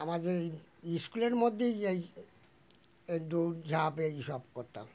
আমাদের স্কুলের মধ্যেই যাই দৌড়ঝাঁপ এই সব করতাম